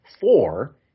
four